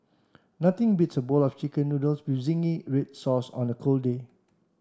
nothing beats a bowl of chicken noodles with zingy red sauce on a cold day